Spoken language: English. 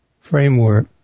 framework